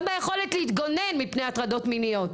גם ביכולת להתגונן מפני הטרדות מיניות.